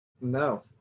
no